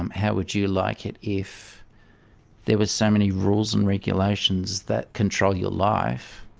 um how would you like it if there were so many rules and regulations that control your life?